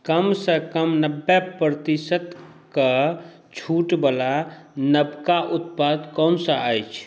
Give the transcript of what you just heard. कमसे कम नब्बे प्रतिशतके छूटवला नवका उत्पाद कोन सब अछि